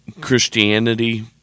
Christianity